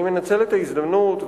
אני מנצל את ההזדמנות,